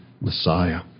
Messiah